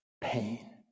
pain